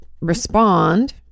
respond